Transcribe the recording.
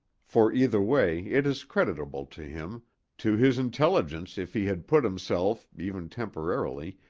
for either way it is creditable to him to his intelligence if he had put himself, even temporarily,